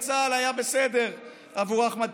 אני לא חושב שילד דתי צריך לקבל פחות מילד